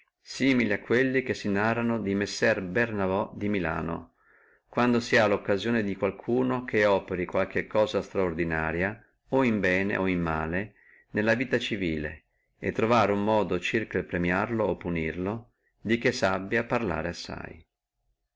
simili a quelli che si narrano di messer bernabò da milano quando si ha loccasione di qualcuno che operi qualche cosa estraordinaria o in bene o in male nella vita civile e pigliare uno modo circa premiarlo o punirlo di che sabbia a parlare assai